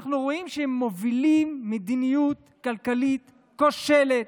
אנחנו רואים שהם מובילים מדיניות כלכלית כושלת,